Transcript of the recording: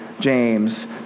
James